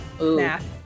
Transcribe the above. Math